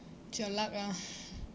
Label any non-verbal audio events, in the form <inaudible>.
it's your luck ah <laughs>